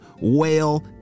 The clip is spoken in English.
whale